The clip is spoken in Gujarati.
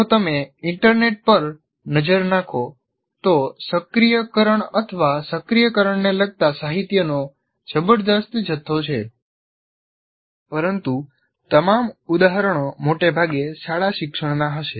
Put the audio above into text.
જો તમે ઇન્ટરનેટ પર નજર નાખો તો સક્રિયકરણ અથવા સક્રિયકરણને લગતા સાહિત્યનો જબરદસ્ત જથ્થો છે પરંતુ તમામ ઉદાહરણો મોટે ભાગે શાળા શિક્ષણના હશે